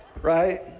right